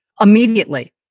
immediately